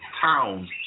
town